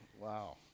Wow